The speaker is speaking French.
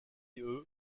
eux